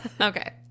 Okay